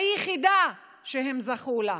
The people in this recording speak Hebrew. היחידה שהם זכו לה.